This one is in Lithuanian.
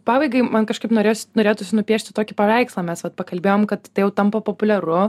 pabaigai man kažkaip norėjosi norėtųsi nupiešti tokį paveikslą mes vat pakalbėjom kad tai jau tampa populiaru